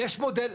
יש מודל.